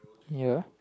ya